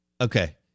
Okay